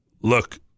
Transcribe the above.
look